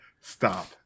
Stop